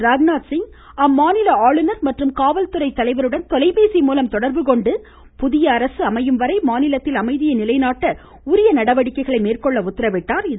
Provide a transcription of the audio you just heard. ராஜ்நாத் சிங் மாநில ஆளுநர் மற்றும் காவல்துறை தலைவருடன் தொலைபேசி மூலம் தொடர்புகொண்டு புதிய அரசு அமையும் வரை மாநிலத்தில் அமைதியை நிலைநாட்ட உரிய நடவடிக்கைகளை மேற்கொள்ள உத்தரவிட்டாா்